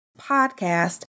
podcast